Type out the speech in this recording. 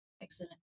Excellent